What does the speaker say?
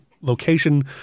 location